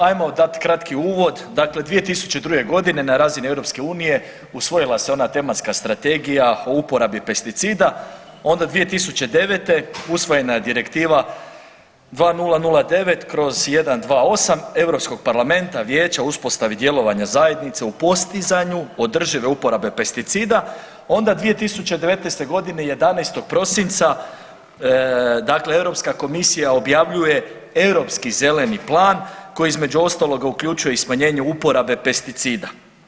Ajmo dati kratki uvod, dakle 2002. godine na razini EU-a, usvojila se ona tematska strategija o uporabi pesticida, onda 2009. usvojena je Direktiva 2009/128 Europskog parlamenta i Vijeća o uspostavi djelovanja zajednice u postizanju održive uporabe pesticida, onda 2019. g., 11. prosinca dakle Europska komisija objavljuje europski zeleni plan koji između ostaloga uključuje i smanjenje uporabe pesticida.